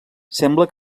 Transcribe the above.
sembla